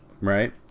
Right